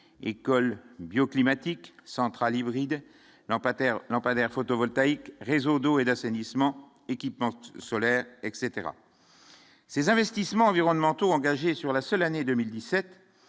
école bioclimatique centrale hybride Lampater lampadaires photovoltaïques réseaux d'eau et d'assainissement, équipement solaire etc ces investissements environnementaux engagé sur la seule année 2017,